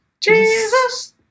Jesus